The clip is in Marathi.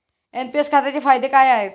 एन.पी.एस खात्याचे फायदे काय आहेत?